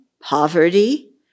poverty